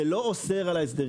זה לא אוסר על ההסדרים.